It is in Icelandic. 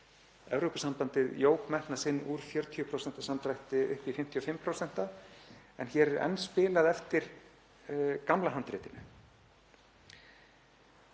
Evrópusambandið jók metnað sinn úr 40% samdrætti upp í 55% en hér er enn spilað eftir gamla handritinu.